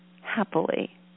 happily